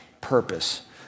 purpose